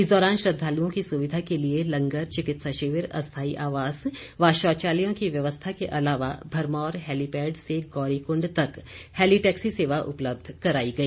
इस दौरान श्रद्दालुओं की सुविधा के लिए लंगर चिकित्सा शिविर अस्थाई आवास व शौचालयों की व्यवस्था के अलावा भरमौर हैलीपैड से गौरीकुंड तक हैली टैक्सी सेवा उपलब्ध कराई गई